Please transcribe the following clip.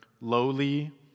lowly